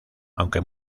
aunque